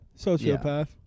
Sociopath